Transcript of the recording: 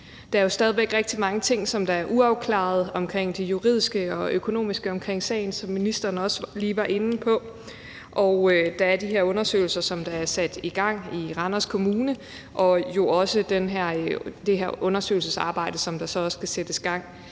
Der er jo stadig væk rigtig mange ting, som er uafklarede, omkring det juridiske og økonomiske i forbindelse med sagen, som ministeren også lige var inde på. Der er de her undersøgelser, som der er sat i gang i Randers Kommune, og så er der jo også det her undersøgelsesarbejde, som der så også skal sættes i gang